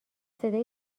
صدای